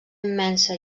immensa